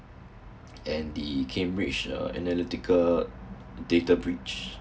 and the cambridge uh analytical data breach